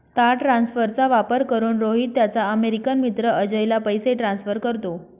तार ट्रान्सफरचा वापर करून, रोहित त्याचा अमेरिकन मित्र अजयला पैसे ट्रान्सफर करतो